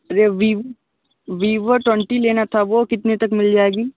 अरे वी Vivo twenty लेना था वह कितने तक मिल जाएगा